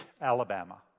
Alabama